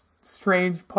strange